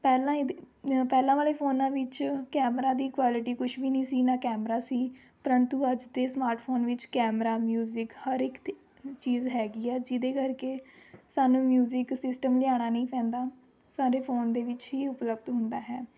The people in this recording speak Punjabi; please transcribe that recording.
ਪਹਿਲਾਂ ਇਹਦੇ ਪਹਿਲਾਂ ਵਾਲੇ ਫ਼ੋਨਾਂ ਵਿੱਚ ਕੈਮਰਾ ਦੀ ਕੁਆਲਟੀ ਕੁਛ ਵੀ ਨਹੀਂ ਸੀ ਨਾ ਕੈਮਰਾ ਸੀ ਪ੍ਰੰਤੂ ਅੱਜ ਦੇ ਸਮਾਰਟਫ਼ੋਨ ਵਿੱਚ ਕੈਮਰਾ ਮਿਊਜਿਕ ਹਰ ਇੱਕ ਦ ਚੀਜ਼ ਹੈਗੀ ਹੈ ਜਿਹਦੇ ਕਰਕੇ ਸਾਨੂੰ ਮਿਊਜ਼ਿਕ ਸਿਸਟਮ ਲਿਆਉਣਾ ਨਹੀਂ ਪੈਂਦਾ ਸਾਡੇ ਫ਼ੋਨ ਦੇ ਵਿੱਚ ਹੀ ਉਪਲਬਧ ਹੁੰਦਾ ਹੈ